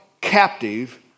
captive